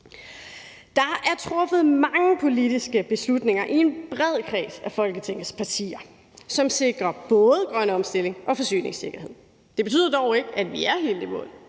Der er truffet mange politiske beslutninger i en bred kreds af Folketingets partier, som sikrer både grøn omstilling og forsyningssikkerhed. Det betyder dog ikke, at vi er helt i mål.